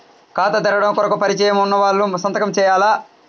ఖాతా తెరవడం కొరకు పరిచయము వున్నవాళ్లు సంతకము చేయాలా?